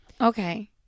okay